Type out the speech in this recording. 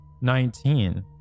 nineteen